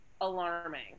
alarming